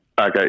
Okay